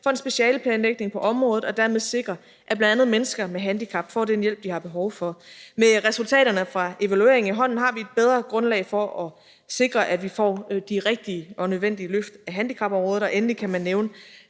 for en specialeplanlægning på området og dermed sikre, at bl.a. mennesker med handicap får den hjælp, de har behov for. Med resultaterne fra evalueringen i hånden har vi et bedre grundlag for at sikre, at vi får de rigtige og nødvendige løft af handicapområdet. Og til sidst kan jeg nævne